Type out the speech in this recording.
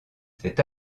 c’est